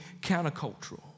countercultural